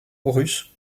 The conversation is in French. russe